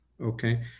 okay